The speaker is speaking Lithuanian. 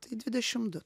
tai dvidešim du